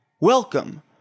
Welcome